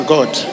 God